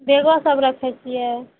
बैगो सब राखै छिए